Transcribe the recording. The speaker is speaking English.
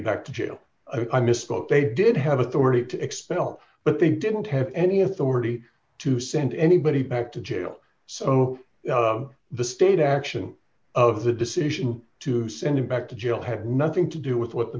back to jail i misspoke they did have authority to expel but they didn't have any authority to send anybody back to jail so the state action of the decision to send him back to jail had nothing to do with what the